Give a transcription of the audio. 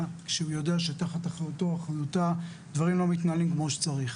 כשהוא יודע שתחת אחריותו או אחריותה דברים לא מתנהלים כמו שצריך.